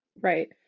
right